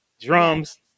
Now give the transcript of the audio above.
drums